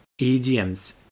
EDMs